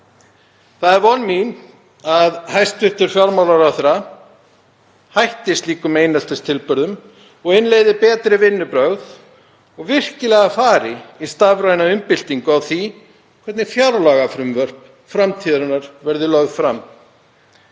Það er von mín að hæstv. fjármálaráðherra hætti slíkum eineltistilburðum og ein leið er betri vinnubrögð og virkilega að fara í stafræna umbyltingu á því hvernig fjárlagafrumvörp framtíðarinnar verða lögð fram.